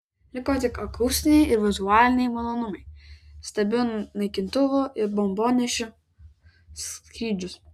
liko tik akustiniai ir vizualiniai malonumai stebiu naikintuvų ir bombonešių skrydžius